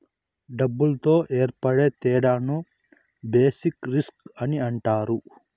డబ్బులతో ఏర్పడే తేడాను బేసిక్ రిస్క్ అని అంటారు